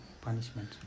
punishment